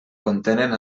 contenen